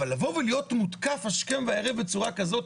אבל לבוא ולהיות מותקף השכם וערב בצורה כזאת,